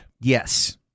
Yes